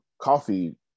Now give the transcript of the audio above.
coffee